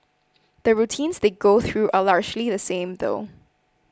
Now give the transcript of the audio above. the routines they go through are largely the same though